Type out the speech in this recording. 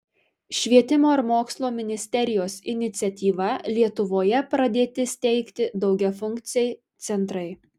švietimo ir mokslo ministerijos iniciatyva lietuvoje pradėti steigti daugiafunkciai centrai